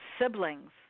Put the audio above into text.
siblings